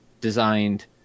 designed